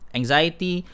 anxiety